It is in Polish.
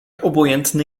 obojętny